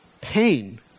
pain